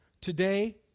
Today